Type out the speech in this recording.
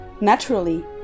naturally